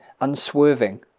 unswerving